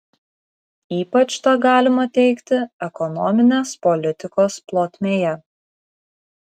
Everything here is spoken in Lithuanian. ypač tą galima teigti ekonominės politikos plotmėje